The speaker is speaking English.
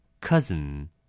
cousin